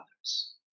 others